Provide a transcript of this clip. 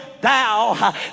thou